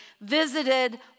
visited